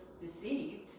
deceived